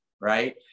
right